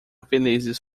felizes